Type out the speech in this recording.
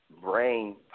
brain